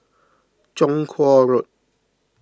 Chong Kuo Road